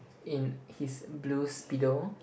in his blue speedo